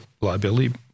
liability